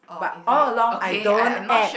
but all along I don't add